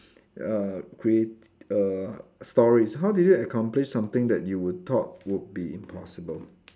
uh create err stories how do you accomplish something that you would thought would be impossible